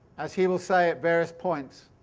as he will say at various points,